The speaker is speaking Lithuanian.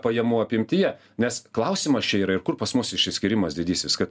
pajamų apimtyje nes klausimas čia yra ir kur pas mus išsiskyrimas didysis kad